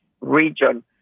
region